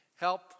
help